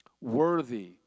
worthy